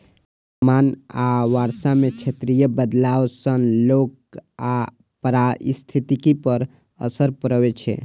तापमान आ वर्षा मे क्षेत्रीय बदलाव सं लोक आ पारिस्थितिकी पर असर पड़ै छै